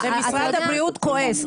ומשרד הבריאות כועס.